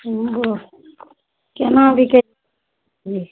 हँ बोल कोना बिकै छै